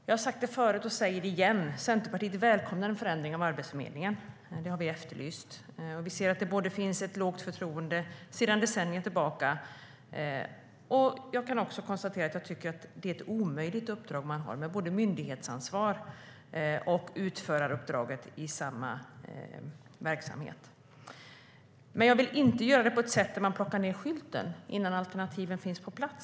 Jag har sagt det förut, och jag säger det igen: Centerpartiet välkomnar en förändring av Arbetsförmedlingen. Det har vi efterlyst. Vi ser att det finns ett lågt förtroende sedan decennier tillbaka. Jag konstaterar också att det är ett omöjligt uppdrag de har, med både myndighetsansvar och utföraruppdrag i samma verksamhet. Jag vill dock inte förändra på ett sådant sätt att man plockar ned skylten innan alternativen finns på plats.